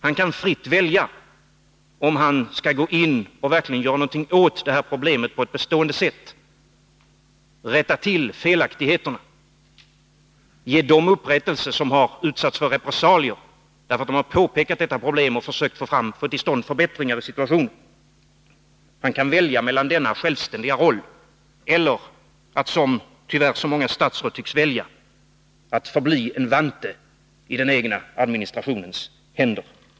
Han kan fritt välja om han skall gå in och verkligen göra någonting åt det här problemet på ett bestående sätt, rätta till felaktigheterna, ge dem upprättelse som har utsatts för repressalier därför att de har påpekat detta problem och försökt få till stånd förbättring av situationen. Han kan välja mellan denna självständiga roll och att, som tyvärr så många statsråd tycks välja, förbli en vante i den egna administrationens händer.